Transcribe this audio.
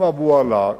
עם אבו עלא,